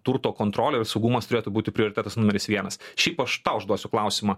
turto kontrolėj saugumas turėtų būti prioritetas numeris vienas šiaip aš tau užduosiu klausimą